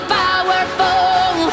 powerful